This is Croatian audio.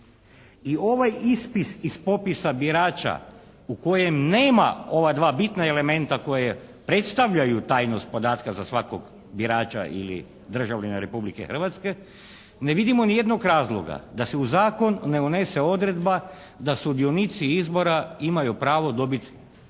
i ovaj ispis iz popisa birača u kojem nema ova dva bitna elementa koje predstavljaju tajnost podatka za svakog birača ili državljana Republike Hrvatske, ne vidimo ni jednog razloga da se u zakon ne unese odredba da sudionici izbora imaju pravo dobit izvod